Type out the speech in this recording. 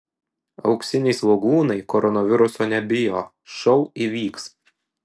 auksiniai svogūnai koronaviruso nebijo šou įvyks